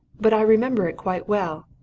but i remember it quite well.